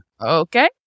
okay